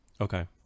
Okay